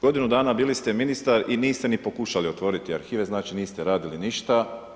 Godinu dana bili ste ministar i niste ni pokušali otvoriti arhive, znači niste radili ništa.